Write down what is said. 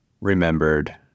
remembered